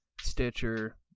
stitcher